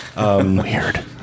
Weird